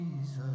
Jesus